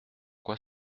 quoi